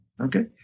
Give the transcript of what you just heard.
Okay